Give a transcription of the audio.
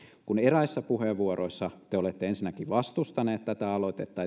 kun eräissä puheenvuoroissa te olette ensinnäkin vastustanut tätä aloitetta